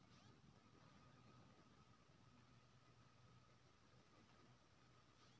बाँसक पात गाए आ माल जाल केँ खुआएल जाइ छै